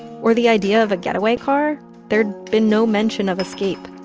or the idea of a getaway car there'd been no mention of escape.